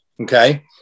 Okay